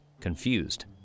confused